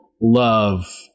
love